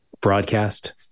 broadcast